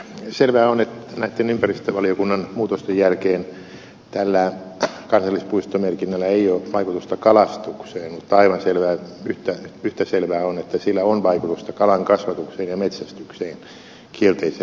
selvää on että näiden ympäristövaliokunnan muutosten jälkeen tällä kansallispuistomerkinnällä ei ole vaikutusta kalastukseen mutta aivan yhtä selvää on että sillä on kielteisellä tavalla vaikutusta kalankasvatukseen ja metsästykseen